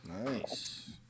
nice